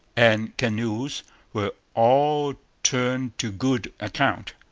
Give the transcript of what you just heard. and canoes were all turned to good account.